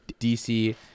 DC